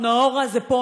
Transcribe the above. נאעורה זה פה,